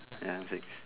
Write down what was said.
number six